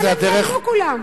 לאן הם נעלמו כולם?